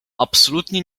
absolutnie